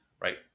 right